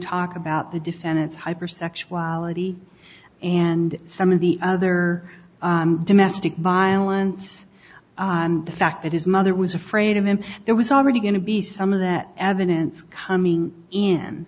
talk about the descendants hypersexuality and some of the other domestic violence and the fact that his mother was afraid of him there was already going to be some of that evidence coming in